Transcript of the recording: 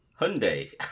Hyundai